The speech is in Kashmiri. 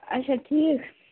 اَچھا ٹھیٖک